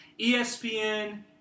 ESPN